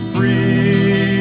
Free